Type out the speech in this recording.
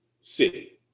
city